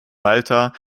walter